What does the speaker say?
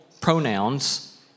pronouns